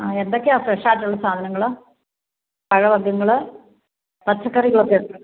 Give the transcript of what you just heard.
ആ എന്തൊക്കെയാണ് ഫ്രഷായിട്ടുള്ള സാധനങ്ങൾ പഴവർഗങ്ങൾ പച്ചക്കറികളൊക്കെ